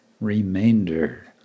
remainder